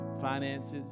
finances